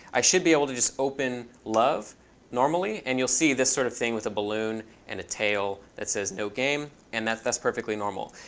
i should be able to just of love normally. and you'll see this sort of thing with a balloon and a tail that says, no game and that's that's perfectly normal.